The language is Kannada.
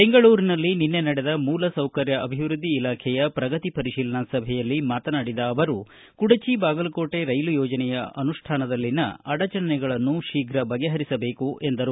ಬೆಂಗಳೂರಿನಲ್ಲಿ ನಡೆದ ಮೂಲಸೌಕರ್ಯ ಅಭಿವೃದ್ಧಿ ಇಲಾಖೆಯ ಪ್ರಗತಿ ಪರಿಶೀಲನಾ ಸಭೆಯಲ್ಲಿ ಮಾತನಾಡಿದ ಅವರು ಕುಡಚಿ ಬಾಗಲಕೋಟೆ ರೈಲು ಯೋಜನೆಯ ಅನುಷ್ಠಾನದಲ್ಲಿನ ಅಡಚಣೆಗಳನ್ನು ಶೀಘ್ರ ಬಗೆಪರಿಸಬೇಕು ಎಂದರು